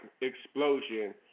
explosion